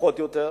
נמוכות יותר,